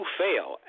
fail